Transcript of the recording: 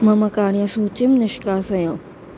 मम कार्यसूचीं निष्कासय